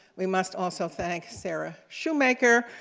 we must also thank sarah shumaker,